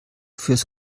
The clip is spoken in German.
fürs